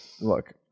look